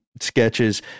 sketches